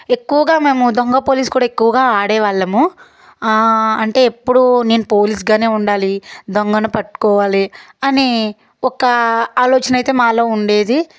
ఎక్కువగా మేము దొంగ పోలీస్ కూడా ఎక్కువగా ఆడే వాళ్ళము అంటే ఎప్పుడు నేను పోలీస్గానే ఉండాలి దొంగను పట్టుకోవాలి అని ఒక ఆలోచన అయితే మాలో ఉండేది